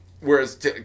Whereas